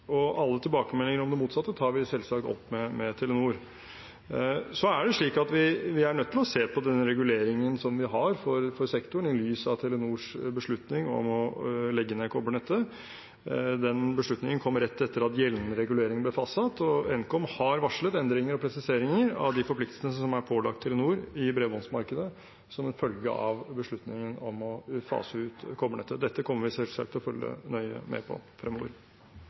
Alle tilbakemeldinger om det motsatte tar vi selvsagt opp med Telenor. Så er det slik at vi er nødt til å se på den reguleringen vi har for sektoren i lys av Telenors beslutning om å legge ned kobbernettet. Den beslutningen kom rett etter at gjeldende regulering ble fastsatt, og Nkom har varslet endringer og presiseringer av de forpliktelsene som er pålagt Telenor i bredbåndsmarkedet som en følge av beslutningen om å fase ut kobbernettet. Dette kommer vi selvsagt til å følge nøye med på fremover.